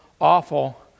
awful